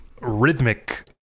rhythmic